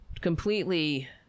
completely